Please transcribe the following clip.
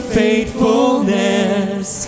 faithfulness